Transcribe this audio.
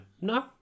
no